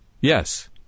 Yes